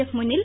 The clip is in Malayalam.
എഫ് മുന്നിൽ